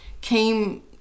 came